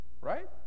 Right